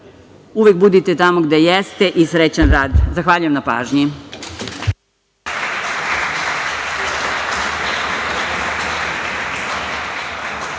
uvek budite tamo gde jeste i srećan rad. Zahvaljujem na pažnji.